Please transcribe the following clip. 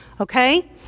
okay